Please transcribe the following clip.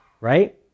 Right